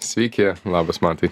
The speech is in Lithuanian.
sveiki labas mantai